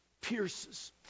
pierces